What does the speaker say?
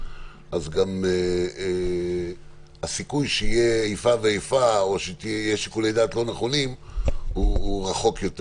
גם הסיכוי שיהיה איפה ואיפה או שיהיה שיקול דעת לא נכון הוא רחוק יותר.